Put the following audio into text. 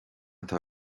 atá